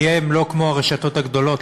כי הם לא כמו הרשתות הגדולות,